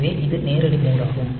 எனவே இது நேரடி மோட் ஆகும்